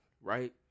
right